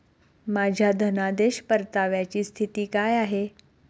माझ्या धनादेश परताव्याची स्थिती काय आहे?